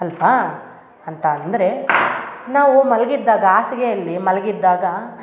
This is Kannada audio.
ಅಲ್ಲವಾ ಅಂತ ಅಂದರೆ ನಾವು ಮಲಗಿದ್ದಾಗ ಹಾಸಿಗೆಯಲ್ಲಿ ಮಲಗಿದ್ದಾಗ